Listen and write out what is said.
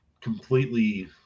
completely